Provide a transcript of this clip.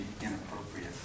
inappropriate